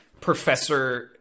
Professor